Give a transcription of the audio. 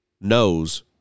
knows